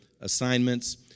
assignments